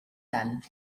tant